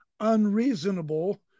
unreasonable